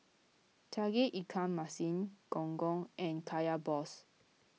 Tauge Ikan Masin Gong Gong and Kaya Balls